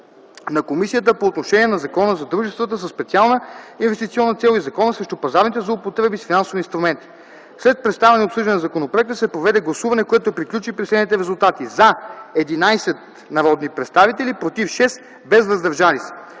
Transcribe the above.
на комисията по отношение на Закона за дружествата със специална инвестиционна цел и Закона срещу пазарните злоупотреби с финансови инструменти. След представяне и обсъждане на законопроекта се проведе гласуване, което приключи при следните резултати: „за” – 11 народни представители, „против” – 6, без „въздържали се”.